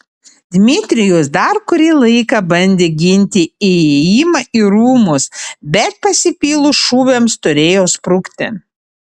dmitrijus dar kurį laiką bandė ginti įėjimą į rūmus bet pasipylus šūviams turėjo sprukti